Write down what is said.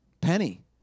Penny